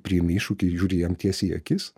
į priėmi iššūkį į tiesiai į akis